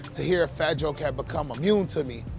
to hear a fat joke had become immune to me.